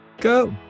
go